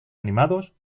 animados